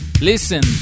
Listen